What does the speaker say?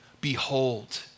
behold